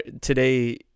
today